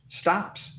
stops